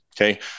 Okay